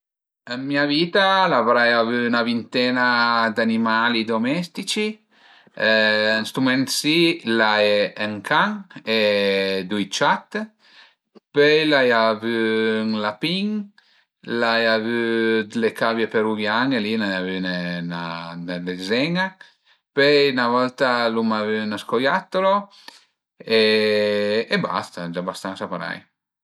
Ën mia vita l'avrai avü 'na vintena d'animali domestici, ën stu mument si l'ai ün can e dui ciat, pöi l'ai avü ün lapin, l'ai avü d'le cave peruviane, li l'ai avüne 'na dezen-a, pöi 'na volta l'uma avü ün scoiattolo e basta, al e gia bastansa parei